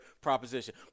proposition